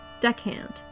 deckhand